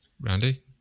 randy